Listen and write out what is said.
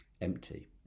empty